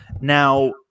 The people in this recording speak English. Now